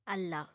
ಅಲ್ಲ